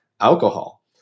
alcohol